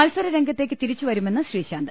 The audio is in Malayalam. മത്സരരംഗത്തേക്ക് തിരിച്ചു വരുമെന്ന് ശ്രീശാന്ത്